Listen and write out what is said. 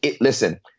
Listen